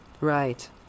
Right